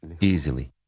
easily